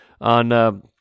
On